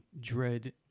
dread